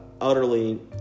utterly